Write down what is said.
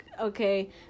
okay